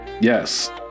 yes